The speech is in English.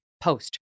post